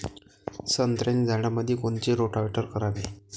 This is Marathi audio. संत्र्याच्या झाडामंदी कोनचे रोटावेटर करावे?